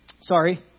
Sorry